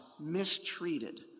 mistreated